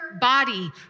body